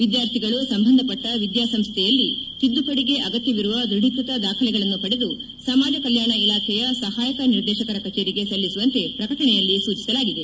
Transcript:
ವಿದ್ಯಾರ್ಥಿಗಳು ಸಂಬಂಧಪಟ್ಟ ವಿದ್ಯಾ ಸಂಸ್ಥೆಯಲ್ಲಿ ತಿದ್ದುಪಡಿಗೆ ಅಗತ್ಯವಿರುವ ದೃಢೀಕೃತ ದಾಖಲೆಗಳನ್ನು ಪಡೆದು ಸಮಾಜ ಕಲ್ಯಾಣ ಇಲಾಖೆಯ ಸಹಾಯಕ ನಿರ್ದೇಶಕರ ಕಚೇರಿಗೆ ಸಲ್ಲಿಸುವಂತೆ ಪ್ರಕಟಣೆಯಲ್ಲಿ ಸೂಚಿಸಲಾಗಿದೆ